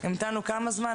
המתנו, כמה זמן?